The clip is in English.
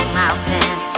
mountain